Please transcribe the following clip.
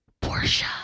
Portia